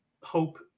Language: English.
hope